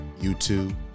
YouTube